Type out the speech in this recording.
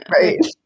Right